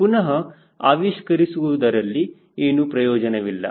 ಪುನಹ ಆವಿಷ್ಕರಿಸುವದರಲ್ಲಿ ಏನೂ ಪ್ರಯೋಜನವಿಲ್ಲ